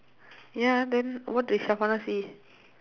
ya then what did say